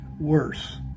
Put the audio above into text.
worse